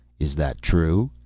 is that true?